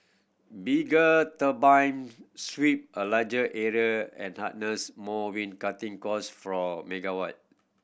bigger turbine sweep a larger area and harness more wind cutting cost from megawatt